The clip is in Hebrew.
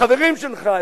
החברים שלך,